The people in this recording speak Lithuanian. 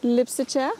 lipsi čia